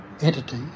entity